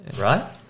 Right